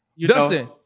Dustin